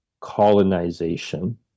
colonization